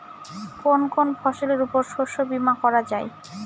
কোন কোন ফসলের উপর শস্য বীমা করা যায়?